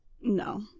No